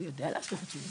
הוא יודע להסביר את עצמו.